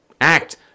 act